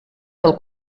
del